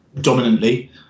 dominantly